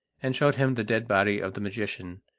and showed him the dead body of the magician,